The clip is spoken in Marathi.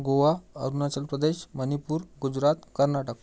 गोवा अरुणाचल प्रदेश मणीपूर गुजरात कर्नाटक